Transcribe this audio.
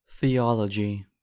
Theology